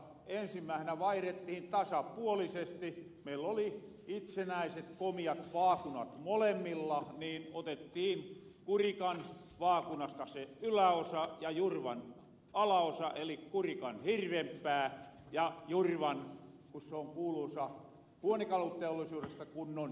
ensimmäisenä vaihrettihin vaakuna tasapuolisesti meillä oli itsenäiset komiat vaakunat molemmilla niin otettiin kurikan vaakunasta yläosa ja jurvan vaakunasta alaosa eli kurikan hirvenpää ja jurvan kun se on kuuluusa huonekaluteollisuudesta kunnon höylä